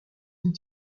and